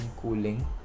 cooling